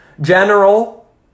general